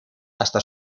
hasta